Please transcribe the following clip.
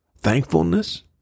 thankfulness